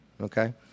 okay